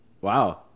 Wow